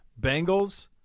Bengals